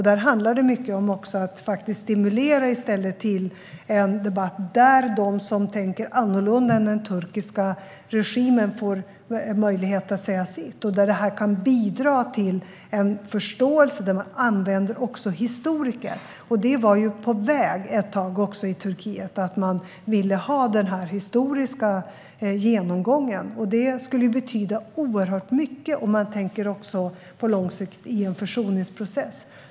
Där handlar det också mycket om att faktiskt i stället stimulera till en debatt, där de som tänker annorlunda än den turkiska regimen får möjlighet att säga sitt, och där detta kan bidra till en förståelse där man också använder historiker. Det var på väg ett tag också i Turkiet att man ville ha denna historiska genomgången. Det skulle betyda oerhört mycket om man tänker på det på lång sikt i en försoningsprocess.